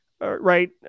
right